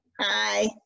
Hi